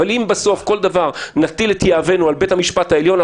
אבל אם נטיל את יהבנו על בית המשפט העליון בכל דבר,